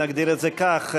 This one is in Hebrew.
נגדיר את זה כך,